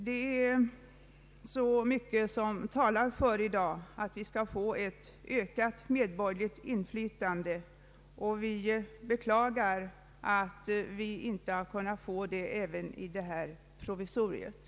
Det är mycket som i dag talar för att vi skall få ett ökat medborgerligt inflytande. Vi beklagar att det inte varit möjligt att få det även i detta provisorium.